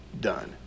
done